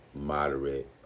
moderate